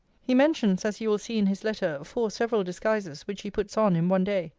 he mentions, as you will see in his letter, four several disguises, which he puts on in one day.